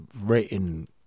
written